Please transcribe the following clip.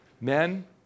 Men